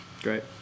Great